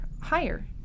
higher